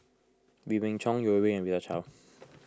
Wee Beng Chong Yeo Wei Wei and Rita Chao